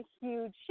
huge